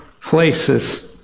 places